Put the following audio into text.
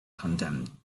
condemned